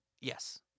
Yes